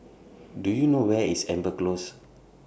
Do YOU know Where IS Amber Close